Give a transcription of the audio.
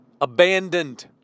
Abandoned